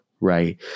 right